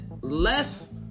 less